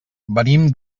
venim